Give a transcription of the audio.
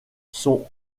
sont